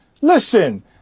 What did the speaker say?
Listen